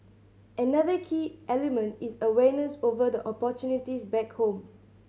another key element is awareness over the opportunities back home